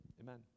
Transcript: amen